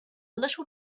little